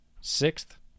sixth